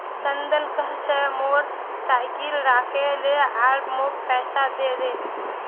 चंदन कह छ मोर साइकिल राखे ले आर मौक पैसा दे दे